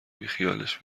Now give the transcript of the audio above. بیخیالش